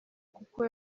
kuko